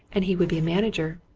and he would be a manager,